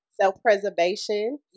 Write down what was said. Self-preservation